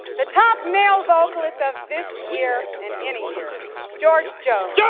the top male vocalist of this year and any year george jones! yeah